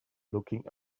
looking